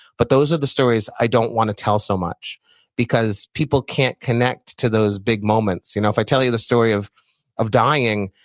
but those are the stories i don't want to tell so much because people can't connect to those big moments. you know if i tell you the story of of dying,